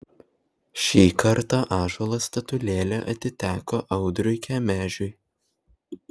šį kartą ąžuolo statulėlė atiteko audriui kemežiui